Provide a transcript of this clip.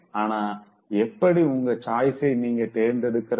ஆனா எப்படி உங்க choiceஐ நீங்க தேர்ந்தெடுக்கிறது